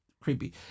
creepy